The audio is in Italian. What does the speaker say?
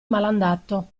malandato